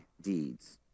deeds